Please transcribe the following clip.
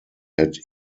had